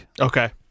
Okay